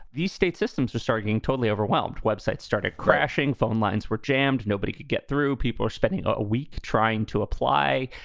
these state systems are starting totally overwhelmed. web sites started crashing. phone lines were jammed. nobody could get through. people are spending a week trying to apply.